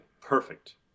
perfect